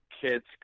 kids